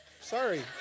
Sorry